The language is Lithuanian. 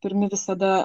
ir ne visada